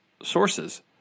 Sources